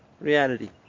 reality